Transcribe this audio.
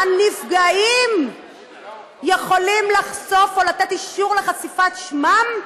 הנפגעים יכולים לחשוף או לתת אישור לחשיפת שמם,